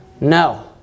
No